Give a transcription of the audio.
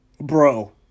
bro